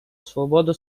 свободу